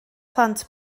plant